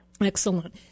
Excellent